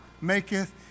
maketh